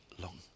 long